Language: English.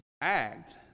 act